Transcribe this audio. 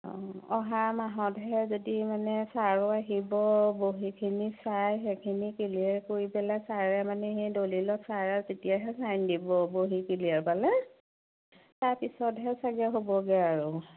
অ অহা মাহতহে যদি মানে ছাৰো আহিব বহীখিনি চাই সেইখিনি ক্লিয়াৰ কৰি পেলাই ছাৰে মানে সেই দলিলত চাৰে আৰু তেতিয়াহে ছাইন দিব বহি ক্লিয়াৰ পালে তাৰপিছতহে চাগে হ'বগে আৰু